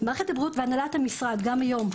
מערכת הבריאות והנהלת המשרד גם היום,